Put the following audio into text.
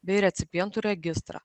bei recipientų registrą